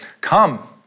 Come